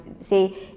say